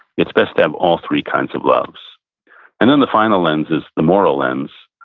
it's best to have all three kinds of loves and then the final lens is the moral lens,